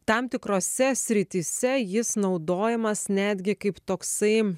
tam tikrose srityse jis naudojamas netgi kaip toksai